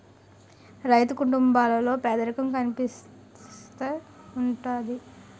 రైతు కుటుంబాల్లో పేదరికం కనిపిస్తా ఉంటది